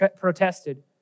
protested